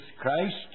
Christ